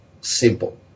simple